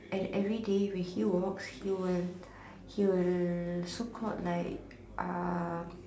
and everyday when he walks he will he will so called like uh